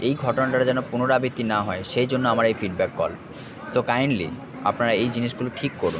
এই ঘটনাটার যেন পুনরাবৃত্তি না হয় সেই জন্য আমার এই ফিডব্যাক কল সো কাইন্ডলি আপনারা এই জিনিসগুলো ঠিক করুন